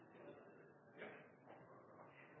Presidenten